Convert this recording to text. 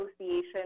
Association